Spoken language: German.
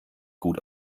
gut